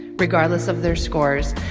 regardless of their scores,